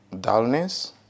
dullness